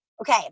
Okay